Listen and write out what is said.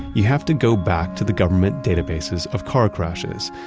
you have to go back to the government databases of car crashes,